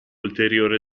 ulteriore